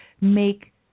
make